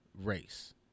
race